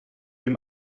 dem